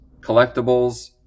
collectibles